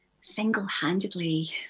single-handedly